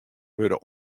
wurde